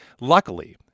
Luckily